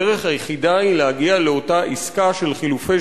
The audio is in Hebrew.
הדרך היחידה היא להגיע לאותה עסקה של חילופי